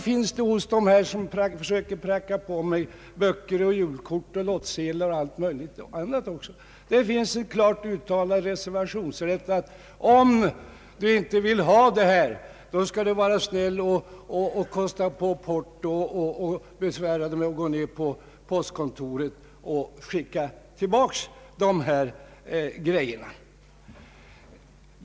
Ja, det gör de som försöker pracka på mig böcker, julkort, lottsedlar och allt möjligt annat också, genom att säga att om du inte vill ha det här materialet, skall du vara snäll och kosta på porto och besvära dig med att gå ned till postkontoret och skicka tillbaka det.